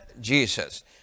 Jesus